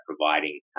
providing